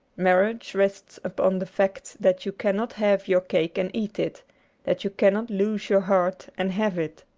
marriage rests upon the fact that you cannot have your cake and eat it that you cannot lose your heart and have it.